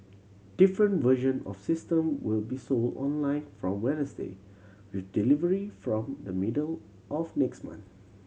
different version of system will be sold online from Wednesday with delivery from the middle of next month